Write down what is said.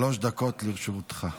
שלוש דקות לרשותך.